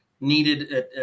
needed